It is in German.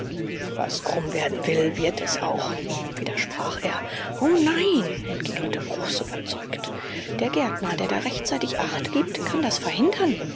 was krumm werden will wird es auch widersprach er o nein entgegnete bruchs überzeugt der gärtner der da rechtzeitig achtgibt kann das verhindern